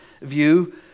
view